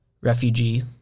refugee